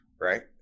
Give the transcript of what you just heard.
Right